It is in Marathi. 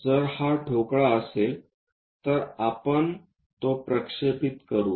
जर हा ठोकळा असेल तर आपण तो प्रक्षेपित करू